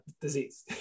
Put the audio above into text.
disease